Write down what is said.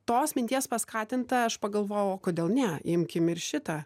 tos minties paskatinta aš pagalvojau o kodėl ne imkim ir šitą